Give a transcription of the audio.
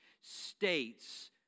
states